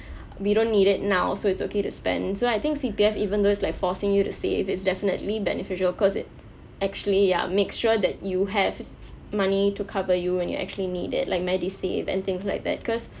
we don't need it now so it's okay to spend so I think C_P_F even though it's like forcing you to save it's definitely beneficial because it actually ya make sure that you have money to cover you when you actually need it like MediSave and things like that because